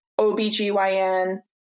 OBGYN